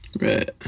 Right